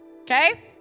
Okay